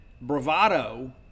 bravado